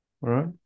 right